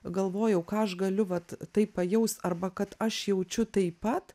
galvojau ką aš galiu vat tai pajaust arba kad aš jaučiu taip pat